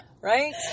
Right